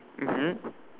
mmhmm